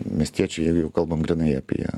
miestiečių jeigu jau kalbam grynai apie